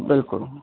ਬਿਲਕੁਲ